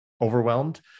overwhelmed